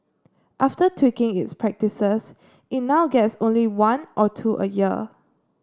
after tweaking its practices it now gets only one or two a year